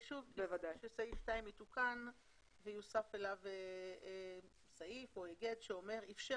סעף 2 יתוקן ויוסף אליו סעיף או היגד שאומר: "אפשר